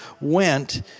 went